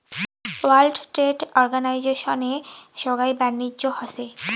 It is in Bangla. ওয়ার্ল্ড ট্রেড অর্গানিজশনে সোগাই বাণিজ্য হসে